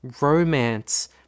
romance